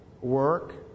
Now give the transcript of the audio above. Work